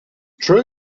true